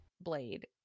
Blade